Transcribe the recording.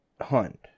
hunt